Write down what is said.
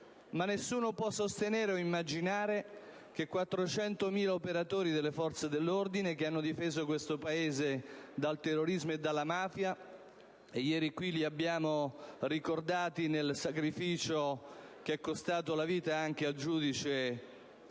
Ma nessuno può sostenere o immaginare che 400.000 operatori delle forze dell'ordine, che hanno difeso questo Paese dal terrorismo e dalla mafia (ieri li abbiamo ricordati nel sacrificio che è costato la vita al giudice Paolo